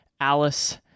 Alice